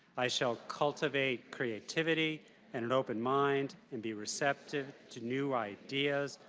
i shall cultivate creativity and an open mind and be receptive to new ideas,